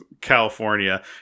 California